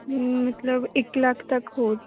ਮਤਲਬ ਇੱਕ ਲੱਖ ਤੱਕ ਹੋ